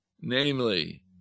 Namely